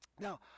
Now